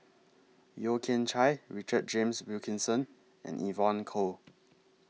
Yeo Kian Chye Richard James Wilkinson and Evon Kow